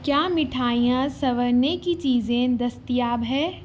کیا مٹھائیاں سنورنے کی چیزیں دستیاب ہے